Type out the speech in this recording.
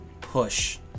push